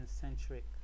centric